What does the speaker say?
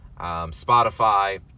Spotify